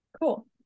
Cool